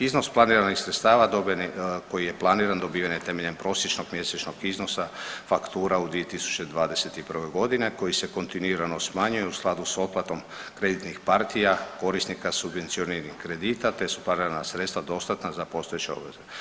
Iznos planiranih sredstava dobiven je, koji je planiran dobiven je temeljem prosječnog mjesečnog iznosa faktura u 2021.g., a koji se kontinuirano smanjuje u skladu s otplatom kreditnih partija korisnika subvencioniranih kredita, te su planirana sredstva dostatna za postojeće obveze.